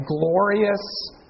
glorious